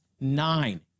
nine